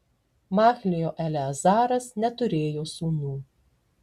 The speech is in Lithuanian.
machlio eleazaras neturėjo sūnų